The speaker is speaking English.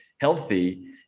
healthy